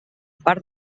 part